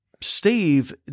Steve